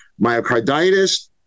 myocarditis